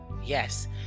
Yes